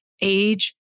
age